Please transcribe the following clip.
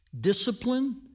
discipline